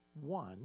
one